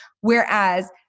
Whereas